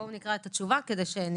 בואו נקרא את התשובה כדי שנשמע.